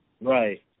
Right